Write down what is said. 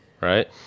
right